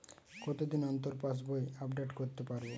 কতদিন অন্তর পাশবই আপডেট করতে পারব?